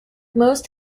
most